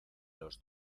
los